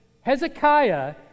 Hezekiah